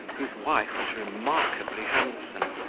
whose wife was remarkably handsome,